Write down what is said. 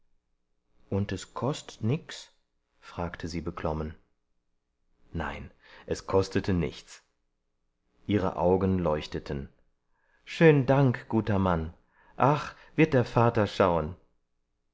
und es kost't nix fragte sie beklommen nein es kostete nichts ihre augen leuchteten schön dank guter mann ach wird der vater schauen